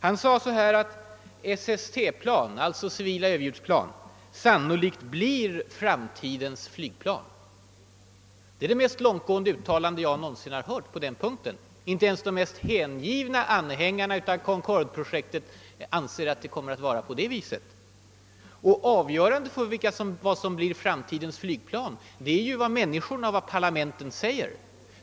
Han sade att civila överljudsplan, s.k. SST plan, sannolikt blir »framtidens flygplan». Det är det mest långtgående uttalande jag någonsin har hört på denna punkt. Knappast ens de mest hängivna anhängarna av Concordeprojektet anser att det kommer att vara på det sättet. Avgörande för vad som skall bli »framtidens flygplan» är vad männi skorna och deras parlament bestämmer.